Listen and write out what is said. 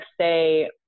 say